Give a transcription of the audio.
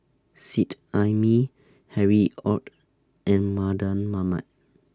Seet Ai Mee Harry ORD and Mardan Mamat